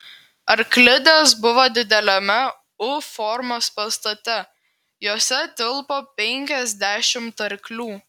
arklidės buvo dideliame u formos pastate jose tilpo penkiasdešimt arklių